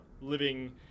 living